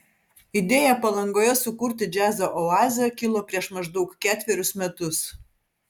idėja palangoje sukurti džiazo oazę kilo prieš maždaug ketverius metus